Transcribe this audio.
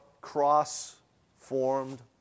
cross-formed